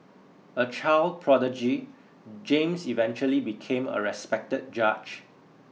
a child prodigy James eventually became a respected judge